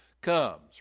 comes